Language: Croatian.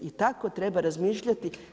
I tako treba razmišljati.